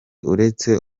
uretse